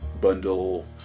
bundle